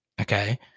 okay